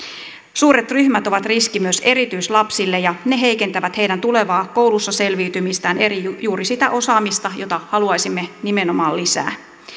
suuret ryhmät ovat riski myös erityislapsille ja ne heikentävät heidän tulevaa koulussa selviytymistään eli juuri sitä osaamista jota haluaisimme nimenomaan lisää